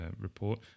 report